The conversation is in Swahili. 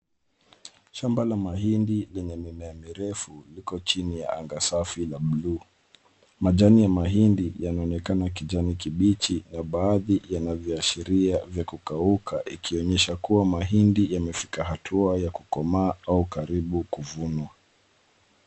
Shamba la mahindi lenye mimea mirefu liko chini ya anga safi la buluu. Majani ya mahindi yanaonekana kijani kibichi na baadhi yanavyoashiria vya kukauka, ikionyesha kuwa mahindi yamefika hatua ya kukomaa au karibu kuvunwa.